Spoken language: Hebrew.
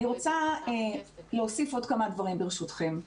אני רוצה להוסיף עוד כמה דברים, ברשותכם.